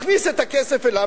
מכניס את הכסף אליו,